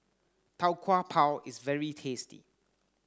Tau Kwa Pau is very tasty